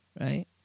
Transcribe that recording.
right